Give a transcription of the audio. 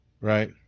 Right